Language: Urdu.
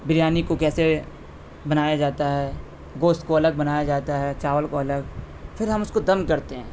بریانی کو کیسے بنایا جاتا ہے گوست کو الگ بنایا جاتا ہے چاول کو الگ پھر ہم اس کو دم کرتے ہیں